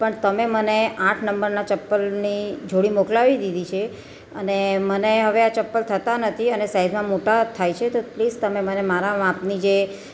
પણ તમે મને આઠ નંબરના ચપ્પલની જોડી મોકલાવી દીધી છે અને મને હવે આ ચપ્પલ થતાં નથી અને સાઈજમાં મોટા થાય છે તો પ્લીઝ તમે મને મારા માપની જે